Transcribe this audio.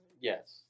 Yes